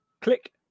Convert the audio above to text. click